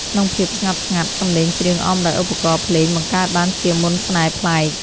ក្នុងភាពស្ងប់ស្ងាត់ សំឡេងច្រៀងអមដោយឧបករណ៍ភ្លេងបង្កើតបានជាមន្តស្នេហ៍ប្លែក។